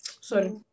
sorry